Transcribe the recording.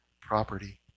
property